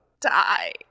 Die